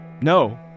No